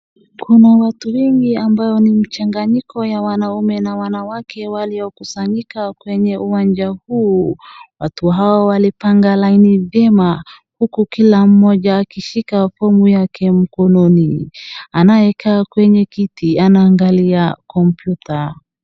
Kuna watu wengi ambao ni mchanganyiko ya wanaume na wanawake waliokusanyika kwenye uwanja huu, watu hao walipanga laini vyema huku kila mmoja akishika fomu yake mkononi. Anayekaa kwenye kiti anaangalia kopyuta.